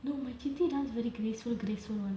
no my kitty dance very graceful graceful [one]